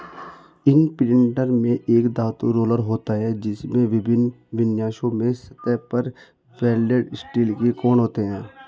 imprinter में एक धातु रोलर होता है, जिसमें विभिन्न विन्यासों में सतह पर वेल्डेड स्टील के कोण होते हैं